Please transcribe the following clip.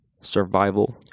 survival